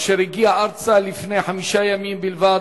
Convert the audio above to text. אשר הגיעה ארצה לפני חמישה ימים בלבד,